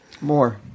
more